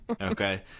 okay